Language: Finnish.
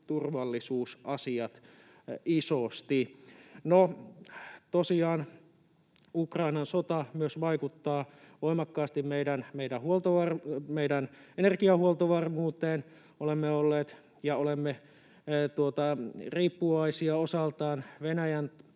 turvallisuusasiat, isosti. Tosiaan Ukrainan sota myös vaikuttaa voimakkaasti meidän energiahuoltovarmuuteen. Olemme olleet ja olemme riippuvaisia osaltaan Venäjän